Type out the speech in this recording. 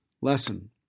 lesson